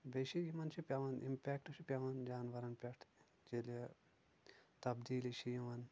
بییٚہِ چھِ یِمن چھُ پٮ۪وان امپیکٹ چھُ پٮ۪وان جانورن پٮ۪ٹھ ییٚلہِ تبدیٖلی چھِ یِوان